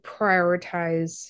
prioritize